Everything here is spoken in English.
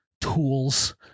tools